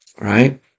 right